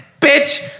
Bitch